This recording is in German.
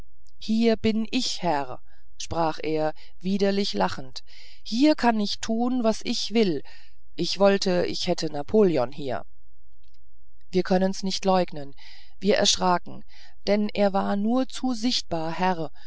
hier bin ich herr sprach er widerlich lachend hier kann ich tun was ich will ich wollte ich hätte napoleon hier wir können's nicht leugnen wir erschraken denn er war nur zu sichtbar herr